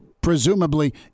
Presumably